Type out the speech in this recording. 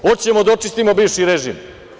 Hoćemo da očistimo bivši režim.